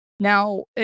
Now